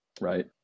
right